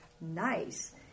nice